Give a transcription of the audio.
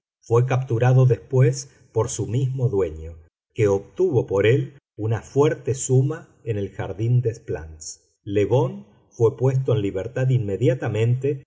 fué capturado después por su mismo dueño que obtuvo por él una fuerte suma en el jardin des plantes le bon fué puesto en libertad inmediatamente